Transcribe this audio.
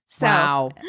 Wow